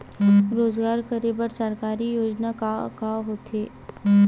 रोजगार करे बर सरकारी योजना का का होथे?